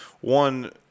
One